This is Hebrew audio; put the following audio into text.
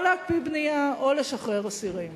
או להקפיא בנייה או לשחרר אסירים